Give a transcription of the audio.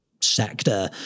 sector